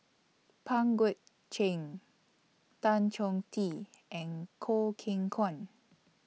Pang Guek Cheng Tan Chong Tee and Choo Keng Kwang